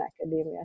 academia